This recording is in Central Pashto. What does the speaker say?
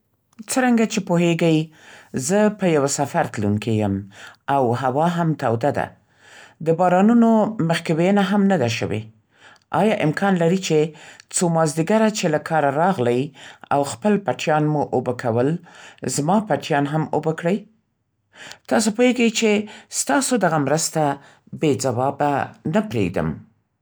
څرنګه چې پوهېږئ زه په یوه سفر تلونکې یم او هوا هم توده ده. د بارانونو مخکې ویېنه هم نه ده شوې. آیا امکان لري چې څو مازدیګره چې له کاره راغلئ او خپل پټیان مو اوبه کول، زما پټیان هم اوبه کړئ؟ تاسو پوهېږئ چې ستاسو دغه مرسته بې ځوابه نه پرېږدم.